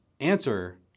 answer